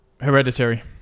Hereditary